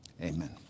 Amen